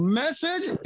message